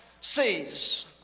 sees